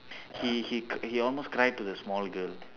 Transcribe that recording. he he c~ he almost cried to the small girl